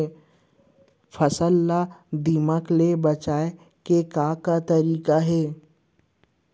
फसल ला दीमक ले बचाये के का का तरीका हे?